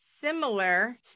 similar